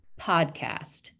podcast